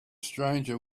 stranger